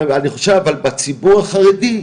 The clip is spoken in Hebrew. אני חושב שאבל בציבור החרדי,